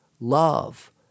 love